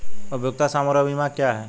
उपयोगिता समारोह बीमा क्या है?